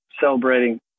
celebrating